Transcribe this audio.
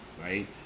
right